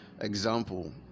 example